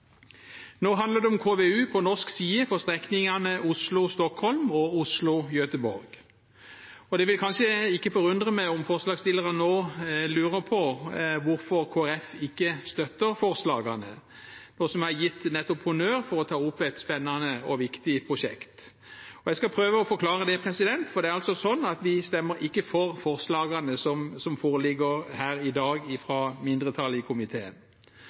Nå handler det om KVU på norsk side for strekningene Oslo–Stockholm og Oslo–Göteborg. Det vil ikke forundre meg om forslagsstillerne nå lurer på hvorfor Kristelig Folkeparti ikke støtter forslagene – nå som jeg nettopp har gitt dem honnør for å ta opp et spennende og viktig prosjekt. Det skal jeg forsøke å forklare, for det er altså slik at vi ikke stemmer for forslagene som foreligger her i dag fra mindretallet i komiteen.